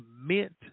meant